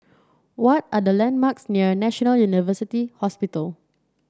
what are the landmarks near National University Hospital